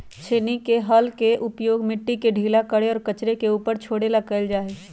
छेनी के हल के उपयोग मिट्टी के ढीला करे और कचरे के ऊपर छोड़े ला कइल जा हई